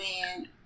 man